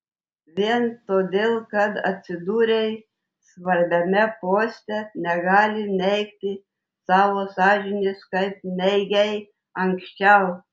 vien todėl kad atsidūrei svarbiame poste negali neigti savo sąžinės kaip neigei anksčiau